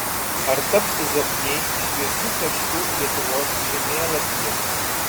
ar taps zokniai šviesiu tašku lietuvos žemėlapyje